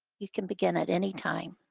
you can begin at any time.